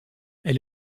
elle